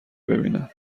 ببینم